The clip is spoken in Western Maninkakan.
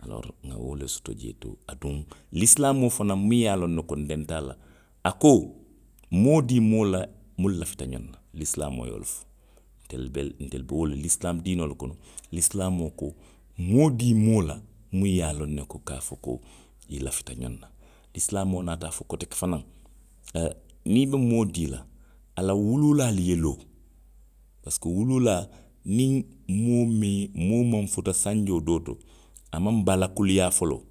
aloori nŋa wo le soto jee to, aduŋ lisilaamoo fanaŋ muŋ ye a loŋ ne ko ndenta a la. a ko, moo dii moo la munnu lafita ňoŋ na. Lisilaamoo ye wo le fo. Ntelu be, ntelu be wo lisilaamu diinoo le kono. Lisilaamoo ko moo dii moo la muŋ ye a loŋ ne ko, ka a fo ko i lafita ňoŋ na. Lisilaamoo naata a fo koteke fanaŋ. o, niŋ i be moo dii, a la wuluulaalu ye loo. parisiko wuluulaa, niŋ moo mee, moo maŋ futa sanjoo doo to, a maŋ bala kuliyaa foloo